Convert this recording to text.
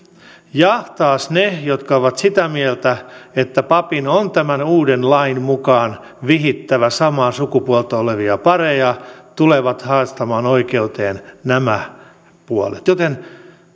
ja taas ne jotka ovat sitä mieltä että papin on tämän uuden lain mukaan vihittävä samaa sukupuolta olevia pareja tulevat haastamaan oikeuteen nämä puolet näin ollen